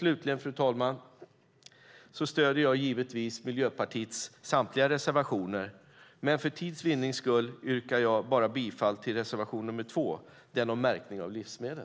Fru talman! Jag stöder givetvis Miljöpartiets samtliga reservationer men för tids vinnande yrkar jag bifall bara till reservation 2 om märkning av livsmedel.